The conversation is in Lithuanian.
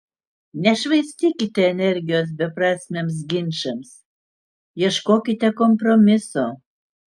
nešvaistykite energijos beprasmiams ginčams ieškokite kompromiso